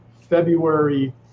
February